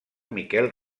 miquel